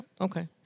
Okay